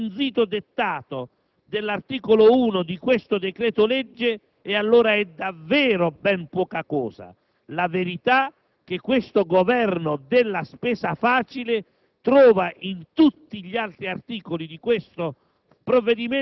Se il loro rigore è affidato allo striminzito dettato dell'articolo 1 di questo decreto‑legge, allora è davvero ben poca cosa. La verità è che questo Governo della spesa facile